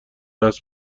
است